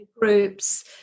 groups